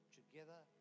together